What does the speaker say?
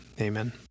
amen